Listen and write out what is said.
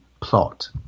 plot